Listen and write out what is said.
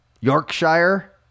Yorkshire